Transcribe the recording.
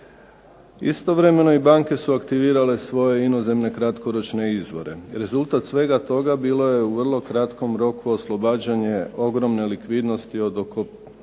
Istovremeno i banke su aktivirale svoje inozemne kratkoročne izvore. Rezultat svega toga bilo je u vrlo kratkom roku oslobađanje ogromne likvidnosti od oko